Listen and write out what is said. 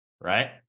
right